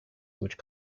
which